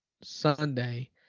Sunday